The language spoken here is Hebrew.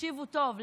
תקשיבו טוב,